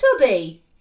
tubby